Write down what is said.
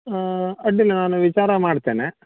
ಹ್ಞೂ ಅಡ್ಡಿಲ್ಲ ನಾನು ವಿಚಾರ ಮಾಡ್ತೇನೆ